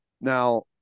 now